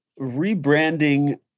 rebranding